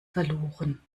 verloren